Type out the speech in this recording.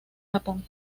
japón